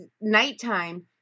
nighttime